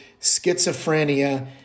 schizophrenia